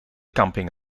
camping